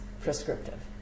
prescriptive